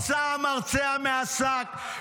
יצא המרצע מן השק.